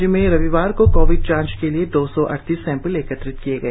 राज्य में रविवार को कोविड जांच के लिए दो सौ अड़तीस सैंपल एकत्र किए गए